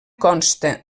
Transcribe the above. consta